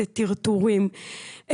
זה טרטורים,